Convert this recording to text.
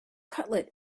cutlet